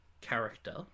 character